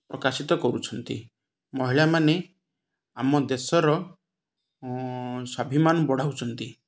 ପ୍ରକାଶିତ କରୁଛନ୍ତି ମହିଳାମାନେ ଆମ ଦେଶର ସ୍ଵାଭିମାନ ବଢ଼ାଉଛନ୍ତି